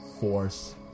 force